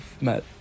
met